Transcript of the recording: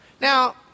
Now